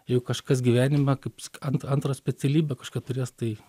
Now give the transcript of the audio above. jeigu kažkas gyvenime kaip ant antrą specialybę kažkokią turės tai